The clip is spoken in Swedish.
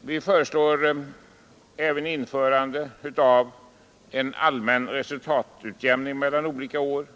Vi föreslår också införande av en allmän resultatutjämning mellan olika år.